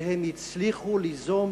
שהם הצליחו ליזום